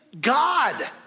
God